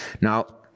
Now